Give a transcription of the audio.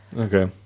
Okay